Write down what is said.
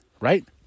right